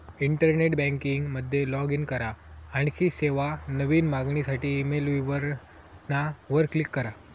internet banking मध्ये log in करा, आणखी सेवा, नवीन मागणीसाठी ईमेल विवरणा वर क्लिक करा